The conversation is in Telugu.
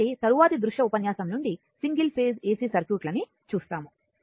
కాబట్టి తరువాతి దృశ్య ఉపన్యాసం నుండి సింగిల్ ఫేజ్ ఎసి సర్క్యూట్లని చూస్తాము